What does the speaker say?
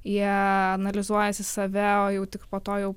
jie analizuojasi save o jau tik po to jau